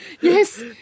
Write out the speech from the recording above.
Yes